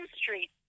Street